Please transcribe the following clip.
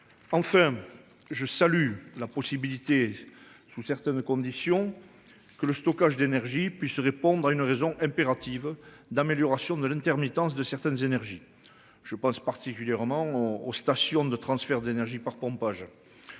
Enfin. Je salue la possibilité sous certaines conditions que le stockage d'énergie puisse répondre à une raison impérative d'amélioration de l'intermittence de certaines énergies. Je pense particulièrement au au station de transfert d'énergie par pompage.